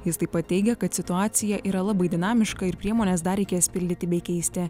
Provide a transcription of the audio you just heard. jis taip pat teigė kad situacija yra labai dinamiška ir priemones dar reikės pildyti bei keisti